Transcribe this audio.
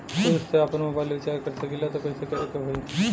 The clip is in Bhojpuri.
खुद से आपनमोबाइल रीचार्ज कर सकिले त कइसे करे के होई?